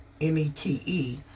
M-E-T-E